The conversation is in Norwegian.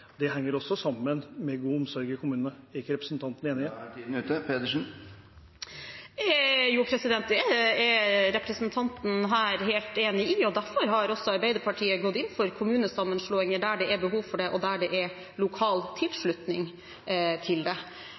Det henger også sammen med god omsorg i kommunene. Er ikke representanten enig i det? Det er denne representanten helt enig i, og derfor har også Arbeiderpartiet gått inn for kommunesammenslåinger der det er behov for det, og der det er lokal tilslutning til det.